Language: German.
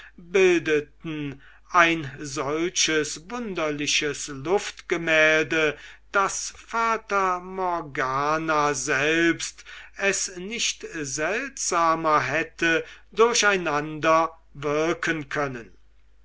bildeten ein solches wunderliches luftgemälde daß fata morgana selbst es nicht seltsamer hätte durcheinander wirken können